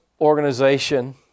organization